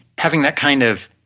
having that kind of